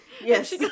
Yes